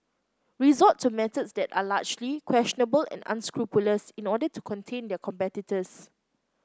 resort to methods that are largely questionable and unscrupulous in order to contain their competitors